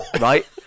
Right